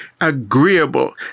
agreeable